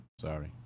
sorry